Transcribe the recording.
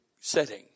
setting